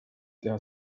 teha